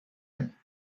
him